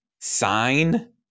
sign